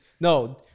no